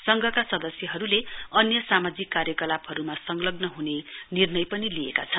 संघका सदस्यहरुले अन्य सामाजिक कार्यकलापहरुमा संलग्न हुने निर्णय पनि लिएको छन्